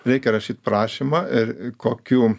reikia rašyt prašymą ir kokiu